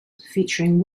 featuring